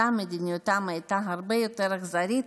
שם מדיניותם הרבה יותר אכזרית